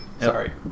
Sorry